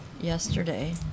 Yesterday